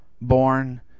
born